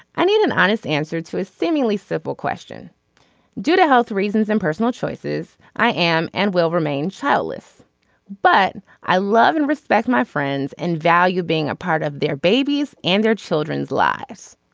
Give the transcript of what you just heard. i need an honest answer to a seemingly simple question due to health reasons and personal choices i am and will remain childless but i love and respect my friends and value being a part of their babies and their children's lives.